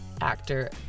actor